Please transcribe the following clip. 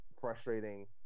frustrating